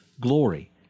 glory